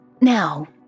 Now